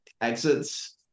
exits